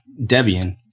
Debian